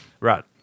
right